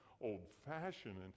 old-fashioned